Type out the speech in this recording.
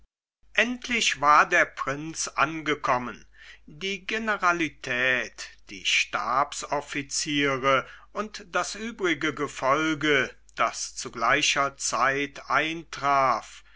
endlich war der prinz angekommen die generalität die stabsoffiziere und das übrige gefolge das zu gleicher zeit eintraf